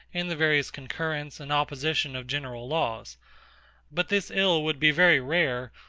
and the various concurrence and opposition of general laws but this ill would be very rare,